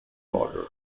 border